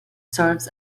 serves